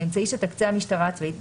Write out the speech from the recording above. באמצעי שתקצה המשטרה הצבאית,